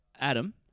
Adam